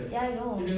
ya I know